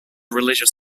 religious